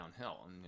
downhill